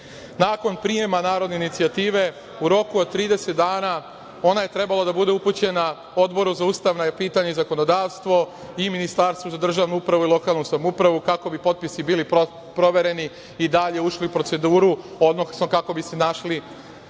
prijema narodne inicijative, u roku od 30 dana ona je trebala da bude upućena Odboru za ustavna pitanja i zakonodavstvo i Ministarstvu za državnu upravu i lokalnu samoupravu, kako bi potpisi bili provereni i dalje ušli u proceduru, odnosno kako bi se našli